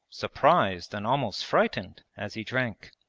surprised and almost frightened, as he drank.